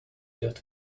dot